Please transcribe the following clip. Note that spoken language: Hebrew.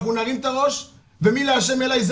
אנחנו נרים את הראש ו"מי להשם אליי" זה